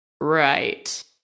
Right